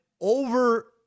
over